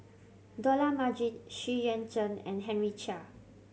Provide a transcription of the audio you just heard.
Dollah Majid Xu Yuan Zhen and Henry Chia